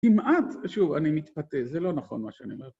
כמעט, ושוב, אני מתפתה, זה לא נכון מה שאני אומר.